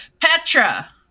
Petra